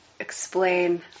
explain